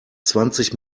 zwanzig